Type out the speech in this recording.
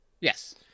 Yes